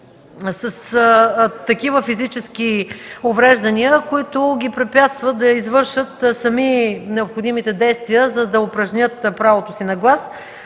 с такива физически увреждания, които ги препятстват да извършат сами необходимите действия, за да упражнят правото си на глас.